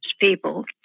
people